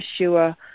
Yeshua